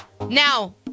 Now